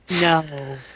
No